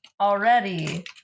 already